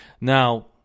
Now